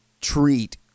treat